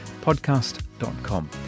podcast.com